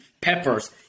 peppers